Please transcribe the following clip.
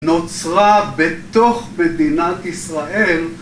נוצרה בתוך מדינת ישראל...